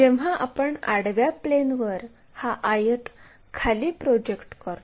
जेव्हा आपण आडव्या प्लेनवर हा आयत खाली प्रोजेक्ट करतो